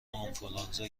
آنفولانزا